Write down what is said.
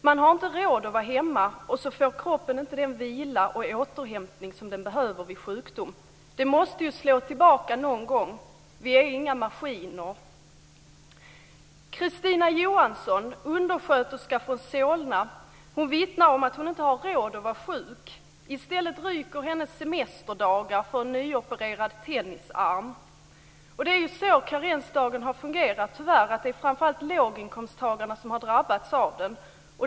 Man har inte råd att vara hemma och så får kroppen inte den vila och återhämtning som den behöver vid sjukdom. Det måste ju slå tillbaka någon gång. Vi är ju inga maskiner. Christina Johansson, undersköterska från Solna, vittnar om att hon inte har råd att vara sjuk. I stället ryker hennes semesterdagar för en nyopererad tennisarm. Det är så karensdagen tyvärr har fungerat. Det är framför allt låginkomsttagarna som har drabbats av den.